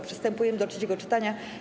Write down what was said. Przystępujemy do trzeciego czytania.